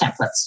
templates